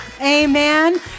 Amen